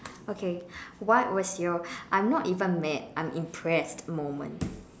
okay what was your I'm not even mad I'm impressed moment